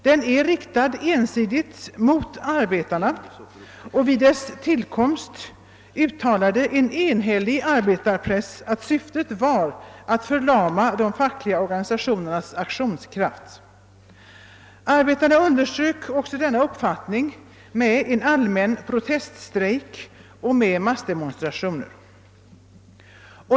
Den är riktad ensidigt mot arbetarna, och vid dess tillkomst uttalade en enhällig arbetarpress att syftet var att förlama de fackliga organisationernas aktionskraft. Arbetarna underströk också denna uppfattning med en allmän proteststrejk och med massdemonstrationer.